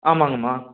ஆமாங்கம்மா